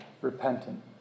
repentant